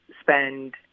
spend